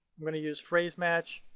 i'm going to use phrase match.